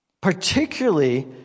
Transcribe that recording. particularly